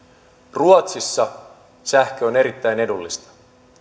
ruotsissa sähkö on erittäin edullista